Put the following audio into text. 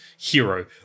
hero